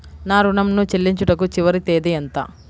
నా ఋణం ను చెల్లించుటకు చివరి తేదీ ఎంత?